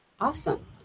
Awesome